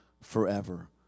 forever